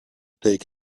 take